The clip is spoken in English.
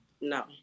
No